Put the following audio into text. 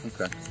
Okay